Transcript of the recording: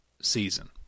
season